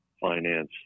finance